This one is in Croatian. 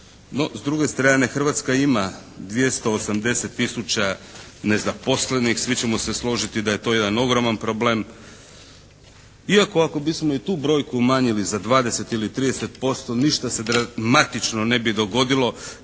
s druge strane Hrvatska ima 280 tisuća nezaposlenih, svi ćemo se složiti da je to jedan ogroman problem, iako ako bismo i tu brojku umanjili za 20 ili 30% ništa se dramatično ne bi dogodilo